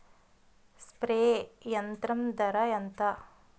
Spray యంత్రం ధర ఏంతా?